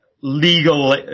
legal